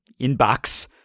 inbox